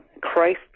Christ